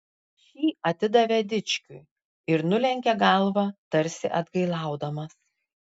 šį atidavė dičkiui ir nulenkė galvą tarsi atgailaudamas